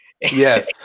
Yes